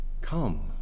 come